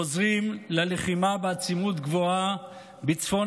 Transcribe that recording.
חוזרים ללחימה בעצימות גבוהה בצפון